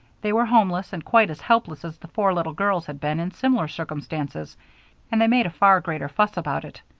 they were homeless and quite as helpless as the four little girls had been in similar circumstances and they made a far greater fuss about it.